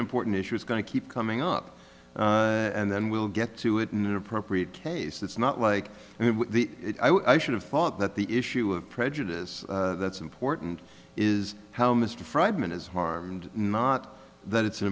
an important issue it's going to keep coming up and then we'll get to it in an appropriate case it's not like i should have thought that the issue of prejudice that's important is how mr freidman is harmed not that it's an